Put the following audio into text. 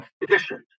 efficient